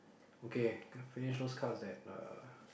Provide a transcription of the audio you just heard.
okay got to finish those cards that uh